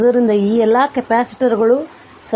ಆದ್ದರಿಂದ ಈ ಎಲ್ಲಾ ಕೆಪಾಸಿಟರ್ಗಳು ಸರಣಿಯಲ್ಲಿವೆ